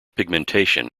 pigmentation